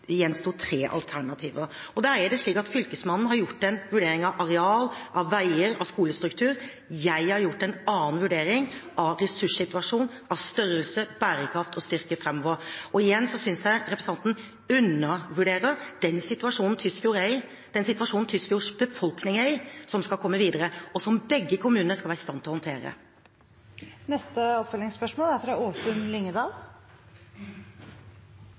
tre alternativer. Da er det slik at Fylkesmannen har gjort en vurdering – av areal, av veier, av skolestruktur. Jeg har gjort en annen vurdering – av ressurssituasjon, av størrelse, av bærekraft og av styrke framover. Igjen synes jeg representanten undervurderer den situasjonen Tysfjord er i, den situasjonen Tysfjords befolkning er i, som skal komme videre, og som begge kommunene skal være i stand til å håndtere. Åsunn Lyngedal – til oppfølgingsspørsmål.